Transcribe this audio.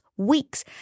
weeks